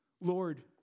Lord